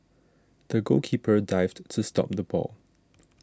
the goalkeeper dived to stop the ball